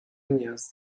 نیاز